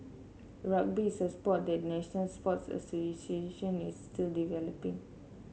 rugby is a sport that the national sports association is still developing